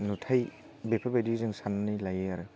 नुथाइ बेफोरबायदि जों साननानै लायो आरो